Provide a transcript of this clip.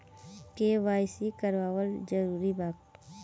KYC करवावल जरूरी बा?